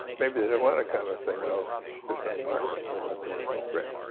maybe they don't want to come if they know there's no market for what they bring.